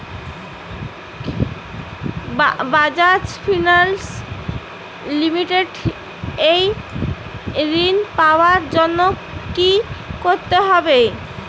Bajaj finance limited এ ঋন পাওয়ার জন্য কি করতে হবে?